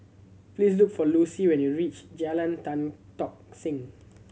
please look for Lucy when you reach Jalan Tan Tock Seng